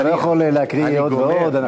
אתה לא יכול להקריא עוד ועוד.